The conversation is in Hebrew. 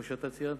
כמו שציינת,